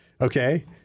Okay